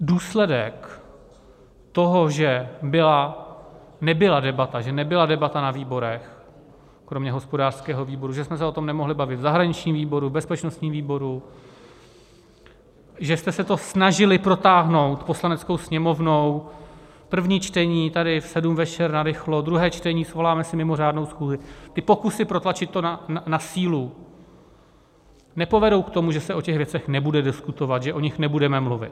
Důsledek toho, že nebyla debata, že nebyla debata na výborech, kromě hospodářského výboru, že jsme se o tom nemohli bavit v zahraničním výboru, v bezpečnostním výboru, že jste se to snažili protáhnout Poslaneckou sněmovnou, první čtení tady v sedm večer narychlo, druhé čtení svoláme si mimořádnou schůzi, ty pokusy protlačit to na sílu, nepovedou k tomu, že se o těch věcech nebude diskutovat, že o nich nebudeme mluvit.